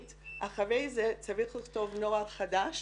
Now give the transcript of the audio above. אחרי כן צריך לכתוב נוהל חדש